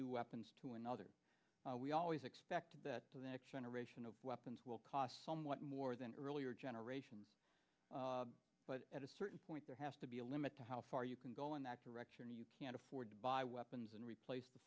new weapons to another we always expect that for the next generation of weapons will cost somewhat more than earlier generations but at a certain point there has to be a limit to how far you can go in that direction you can't afford to buy weapons and replace the